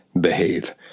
behave